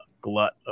glut